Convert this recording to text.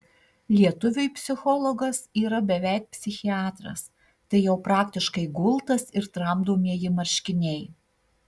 lietuviui psichologas yra beveik psichiatras tai jau praktiškai gultas ir tramdomieji marškiniai